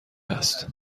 است